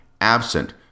absent